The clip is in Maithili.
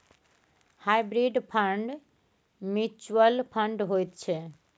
हाइब्रिड फंड म्युचुअल फंड होइ छै